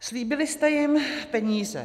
Slíbili jste jim peníze.